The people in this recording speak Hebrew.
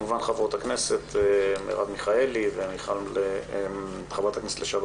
כמובן לחברת הכנסת מרב מיכאלי ולחברת הכנסת לשעבר